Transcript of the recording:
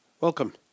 Welcome